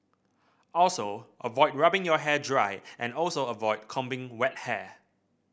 also avoid rubbing your hair dry and also avoid combing wet hair